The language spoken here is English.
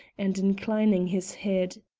and inclining his head.